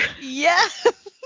Yes